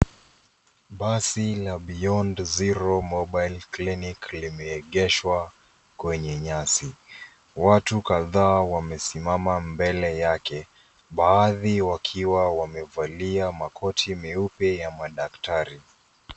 Basi la beyond zero mobile clinic limeegeshwa kwenye nyasi. Watu kadhaa wamesimama mbele yake baadhi wakiwa wamevalia makoti meupe ya madaktari.